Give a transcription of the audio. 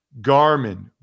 Garmin